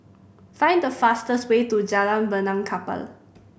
find the fastest way to Jalan Benaan Kapal